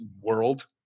world